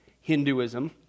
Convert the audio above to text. Hinduism